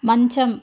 మంచం